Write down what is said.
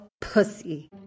pussy